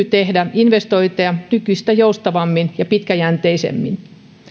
tehdä investointeja nykyistä joustavammin ja pitkäjänteisemmin